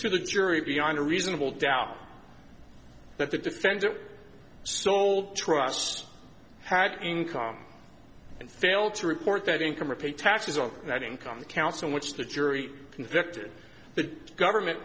to the jury beyond a reasonable doubt that the defendant sold trusts had income and failed to report that income or pay taxes on that income accounts and which the jury convicted the government